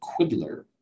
Quiddler